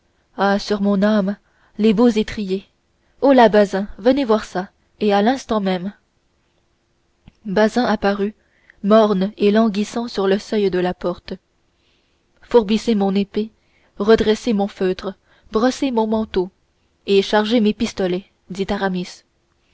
sur mon âme les beaux étriers holà bazin venez çà et à l'instant même bazin apparut morne et languissant sur le seuil de la porte fourbissez mon épée redressez mon feutre brossez mon manteau et chargez mes pistolets dit aramis